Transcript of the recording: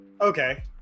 Okay